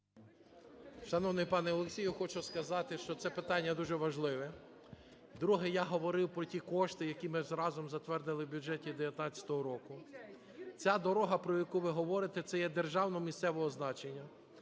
Шановний пане Олексію, хочу сказати, що це питання дуже важливе. Друге. Я говорив про ті кошти, які ми разом затвердили в бюджеті 19-го року. Ця дорога, про яку ви говорите, це є державно-місцевого значення.